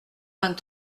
vingt